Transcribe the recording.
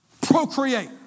procreate